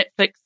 Netflix